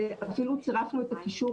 אפילו צירפנו את הקישור